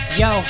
yo